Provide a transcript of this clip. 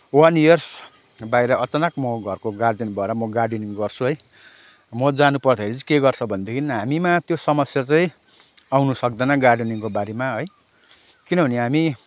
one years बाहिर अचानक म घरको गार्जियन भएर म गार्डेनिङ गर्छु है म जानपर्दाखेरि चाहिँ के गर्छन् भनेदेखि हामीमा त्यो समस्या चाहिँ आउन सक्दैन गार्डेनिङको बारेमा है किनभने हामी